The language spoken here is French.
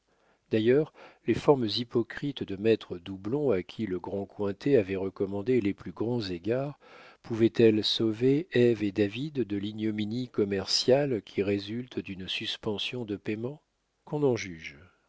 d'ailleurs les formes hypocrites de maître doublon à qui le grand cointet avait recommandé les plus grands égards pouvaient-elles sauver ève et david de l'ignominie commerciale qui résulte d'une suspension de payement qu'on en juge